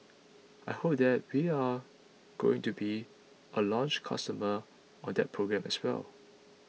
I hope that we're going to be a launch customer on that program as well